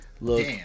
look